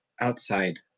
outside